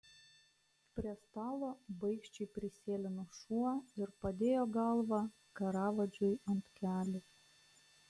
prie stalo baikščiai prisėlino šuo ir padėjo galvą karavadžui ant kelių